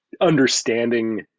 understanding